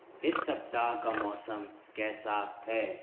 इस सप्ताह का मौसम कैसा है